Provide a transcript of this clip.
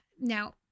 Now